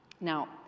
Now